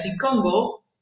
Congo